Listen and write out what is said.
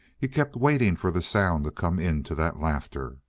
he kept waiting for the sound to come into that laughter,